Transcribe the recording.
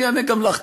אני אענה גם לך,